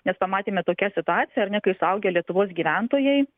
nes pamatėme tokia situacija ar ne kai suaugę lietuvos gyventojai